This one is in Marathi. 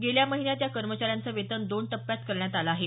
गेल्या महिन्यात या कर्मचाऱ्यांचं वेतन दोन टप्प्यात करण्यात आलं आहे